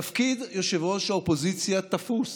תפקיד יושב-ראש האופוזיציה תפוס.